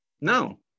No